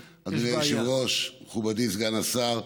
היושב-ראש, מכובדי סגן השר,